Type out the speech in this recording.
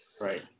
Right